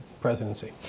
presidency